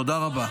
תודה רבה.